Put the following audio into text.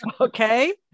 okay